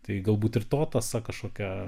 tai galbūt ir to tąsa kažkokia